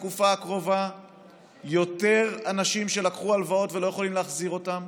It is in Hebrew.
בתקופה הקרובה יותר אנשים שלקחו הלוואות ולא יכולים להחזיר אותן,